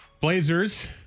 Blazers